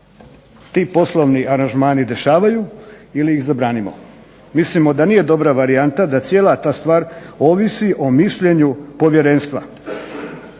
ti poslovni aranžmani dešavaju ili ih zabranimo. Mislimo da nije dobra varijanta da cijela ta stvar ovisi o mišljenju povjerenstva,